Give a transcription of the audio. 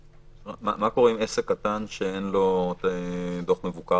מה קורה עם עסק קטן שאין לו דוח מבוקר?